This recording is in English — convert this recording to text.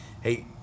hey